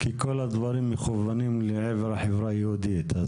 כי כל הדברים מכוונים לעבר החברה היהודית.